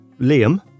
Liam